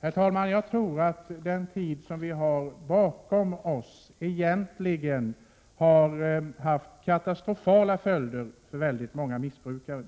Herr talman! Jag tror att den tid som vi har bakom oss har fått katastrofala följder för väldigt många missbrukare.